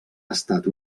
estat